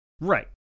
Right